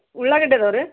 ಉಳ್ಳಾಗಡ್ಡೆ ಇದಾವ್ ರೀ